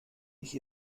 ich